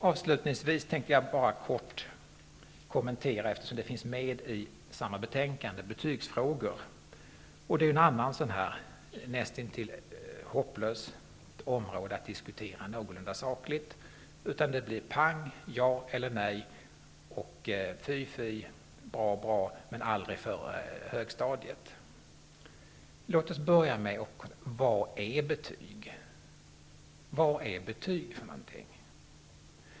Avslutningsvis tänkte jag bara kort kommentera, eftersom det finns med i betänkandet, betygsfrågor. Det är ett annat näst intill hopplöst område att diskutera någorlunda sakligt. Det blir pang ja eller nej, fy, fy, bra, bra, men aldrig före högstadiet. Låt oss börja med begreppet betyg. Vad är betyg för någonting?